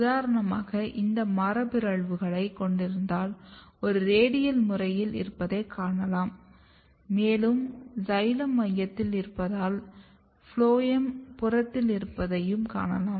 உதாரணமாக இந்த மரபுபிறழ்வுகளை கொண்டிருந்தால் ஒரு ரேடியல் முறை இருப்பதைக் காணலாம் மேலும் சைலம் மையத்தில் இருப்பதையும் ஃபுளோயம் புறத்தில் இருப்பதையும் காணலாம்